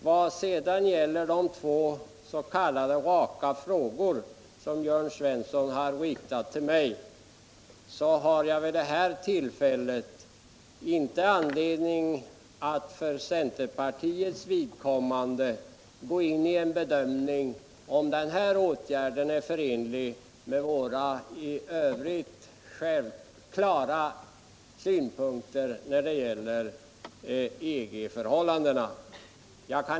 Vad sedan gäller de två s.k. raka frågor som Jörn Svensson har riktat till mig så vill jag säga för det första att jag vid detta tillfälle inte har anledning att för centerpartiets vidkommande gå in i en bedömning av om utskottets ställningstagande är förenligt med våra i övrigt klara ståndpunkter när det gäller förhållandet till EG.